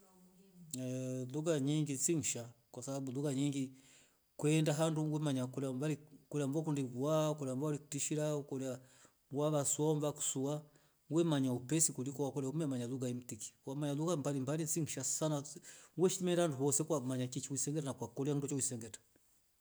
lugha nyingi ni shaa kwa sababu ukaenda andu kama wakundi kuwaa na wakundi kukutishiria au kola wakusaa au wawasua wemanya upesi kwa kola umemanya lugha mbalimbali si sha we siinda haunda hosee ukakola ni ndo hulisengeta ukakola.